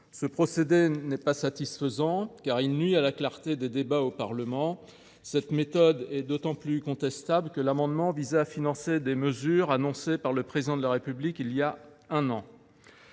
Ce procédé n’est pas satisfaisant, car il nuit à la clarté des débats au Parlement. La méthode est d’autant plus contestable que l’amendement visait à financer des mesures annoncées par le Président de la République voilà un an.